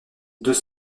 deux